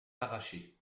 arrachés